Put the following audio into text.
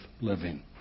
living